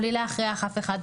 בלי להכריח אף אחד,